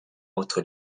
entre